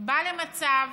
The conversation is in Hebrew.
בא למצב